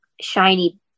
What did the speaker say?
shiny